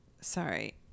Sorry